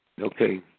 Okay